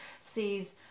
sees